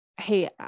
Hey